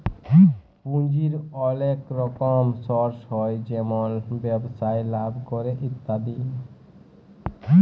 পুঁজির ওলেক রকম সর্স হ্যয় যেমল ব্যবসায় লাভ ক্যরে ইত্যাদি